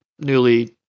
newly